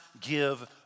give